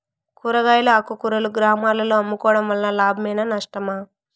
కూరగాయలు ఆకుకూరలు గ్రామాలలో అమ్ముకోవడం వలన లాభమేనా నష్టమా?